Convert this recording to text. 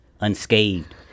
unscathed